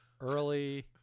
early